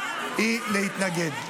היא להתנגד.